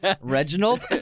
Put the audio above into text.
Reginald